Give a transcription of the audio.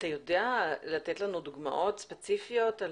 אתה יודע לתת לנו דוגמאות ספציפיות על